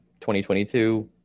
2022